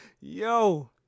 Yo